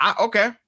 Okay